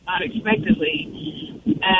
unexpectedly